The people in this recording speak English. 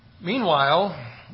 Meanwhile